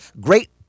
great